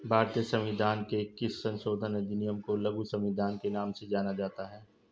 भारतीय संविधान के किस संशोधन अधिनियम को लघु संविधान के नाम से जाना जाता है?